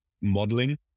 modeling